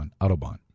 Autobahn